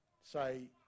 say